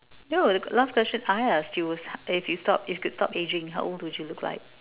no last question I ask you was if you stop if you could stop ageing how old would you look like